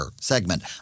segment